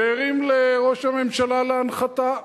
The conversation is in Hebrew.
והרים לראש הממשלה להנחתה.